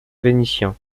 vénitien